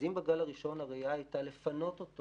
אז אם בגל הראשון הראייה הייתה לפנות אותו